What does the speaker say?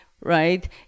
right